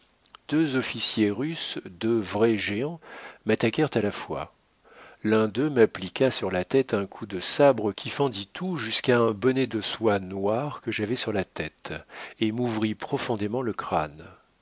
deux officiers russes deux vrais géants m'attaquèrent à la fois l'un d'eux m'appliqua sur la tête un coup de sabre qui fendit tout jusqu'à un bonnet de soie noire que j'avais sur la tête et m'ouvrit profondément le crâne